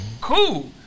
Cool